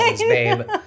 babe